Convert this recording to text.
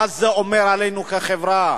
מה זה אומר עלינו כחברה?